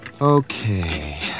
Okay